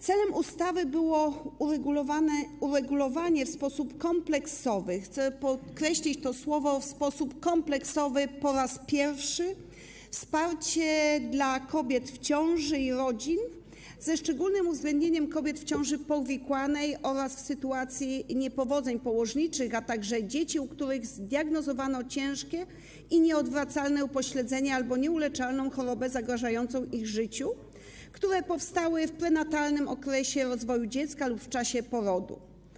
Celem ustawy było uregulowanie po raz pierwszy w sposób kompleksowy - chcę podkreślić to słowo: kompleksowy - wsparcia dla kobiet w ciąży i rodzin, ze szczególnym uwzględnieniem kobiet w ciąży powikłanej oraz w sytuacji niepowodzeń położniczych, a także dla dzieci, u których zdiagnozowano ciężkie i nieodwracalne upośledzenie albo nieuleczalną chorobę zagrażającą ich życiu, które powstały w prenatalnym okresie rozwoju dziecka lub w czasie porodu.